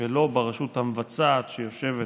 ולא ברשות המבצעת, שיושבת